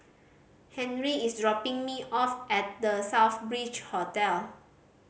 Henry is dropping me off at The Southbridge Hotel